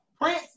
Prince